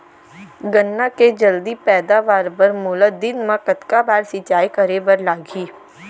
गन्ना के जलदी पैदावार बर, मोला दिन मा कतका बार सिंचाई करे बर लागही?